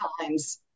times